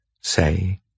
say